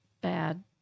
bad